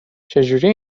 چهجوری